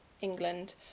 England